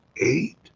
eight